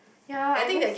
ya I guess